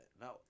no